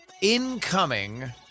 incoming